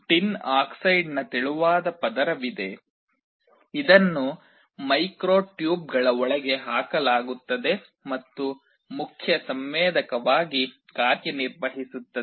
tin ಡೈಆಕ್ಸೈಡ್ನ ತೆಳುವಾದ ಪದರವಿದೆ ಇದನ್ನು ಮೈಕ್ರೋ ಟ್ಯೂಬ್ಗಳ ಒಳಗೆ ಹಾಕಲಾಗುತ್ತದೆ ಮತ್ತು ಮುಖ್ಯ ಸಂವೇದಕವಾಗಿ ಕಾರ್ಯನಿರ್ವಹಿಸುತ್ತದೆ